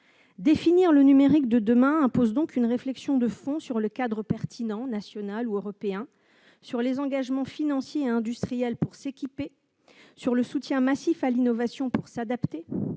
Définir le numérique de demain impose donc de mener une réflexion de fond sur le cadre pertinent- national ou européen ?-, sur les engagements financiers et industriels pour s'équiper, sur le soutien massif à l'innovation pour s'adapter,